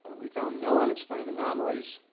we found no unexplained anomalies,